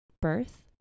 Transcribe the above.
birth